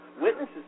witnesses